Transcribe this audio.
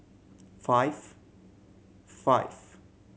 five five